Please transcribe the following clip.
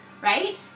right